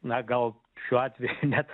na gal šiuo atveju net